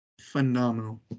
Phenomenal